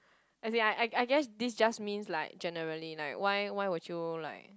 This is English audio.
as in I I I guess this just means like generally like why why would you like